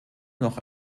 noch